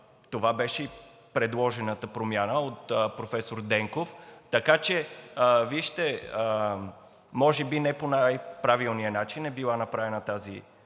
Това беше и предложената промяна от професор Денков. Така че, вижте, може би не по най-правилния начин е била направена тази